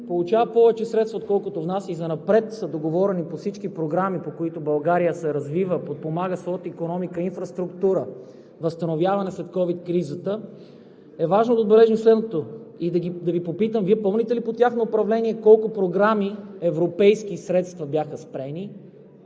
получава повече средства, отколкото внася, и занапред са договорени по всички програми, по които България се развива и подпомага своята икономика и инфраструктура, възстановяване след ковид кризата, е важно да отбележим следното и да Ви попитам: Вие помните ли по време на тяхно управление колко програми с европейски средства бяха спрени?